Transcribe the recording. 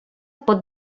pot